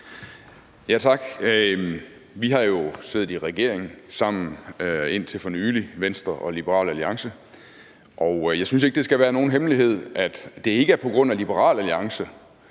Tak. Vi har jo siddet i regering sammen – Venstre og Liberal Alliance – indtil for nylig, og jeg synes ikke, det skal være nogen hemmelighed, at det ikke er på grund af Liberal Alliance,